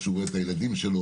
כשהוא רואה את הילדים שלו,